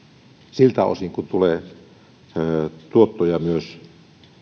siltä osin kuin tulee tuottoja myös